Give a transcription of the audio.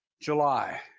July